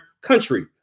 country